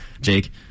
Jake